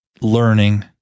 learning